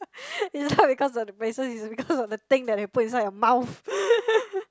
is not because of the braces is because the thing that put inside your mouth